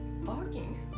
Barking